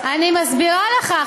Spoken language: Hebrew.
אני מסבירה לך.